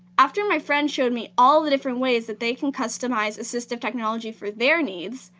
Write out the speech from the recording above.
after my friend showed me all the different ways that they can customize assistive technology for their needs,